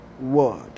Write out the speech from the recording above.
word